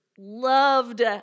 loved